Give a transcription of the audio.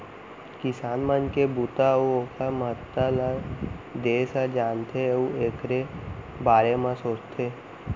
किसान मन के बूता अउ ओकर महत्ता ल देस ह जानथे अउ एकर बारे म सोचथे